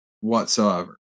whatsoever